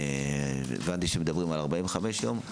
הבנתי שמדברים על 45 יום.